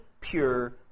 pure